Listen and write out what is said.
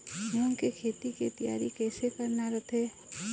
मूंग के खेती के तियारी कइसे करना रथे?